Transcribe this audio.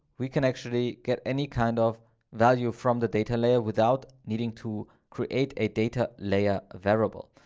we can actually get any kind of value from the data layer without needing to create a data layer variable.